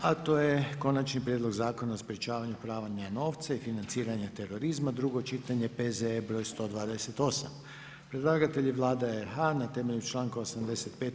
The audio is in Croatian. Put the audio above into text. A to je: - Konačni prijedlog Zakona o sprječavanju pranja novca i financiranja terorizma, drugo čitanje, P.Z.E br. 128; Predlagatelj je Vlada RH, na temelju članka 85.